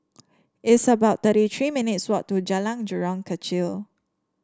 it's about thirty three minutes' walk to Jalan Jurong Kechil